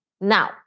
Now